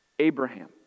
Abraham